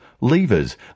levers